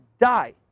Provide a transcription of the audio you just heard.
Die